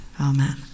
amen